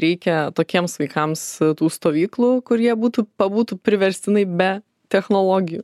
reikia tokiems vaikams tų stovyklų kur jie būtų pabūtų priverstinai be technologijų